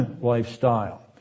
lifestyle